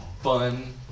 fun